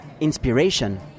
inspiration